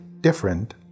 different